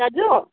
दाजु